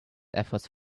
efforts